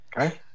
Okay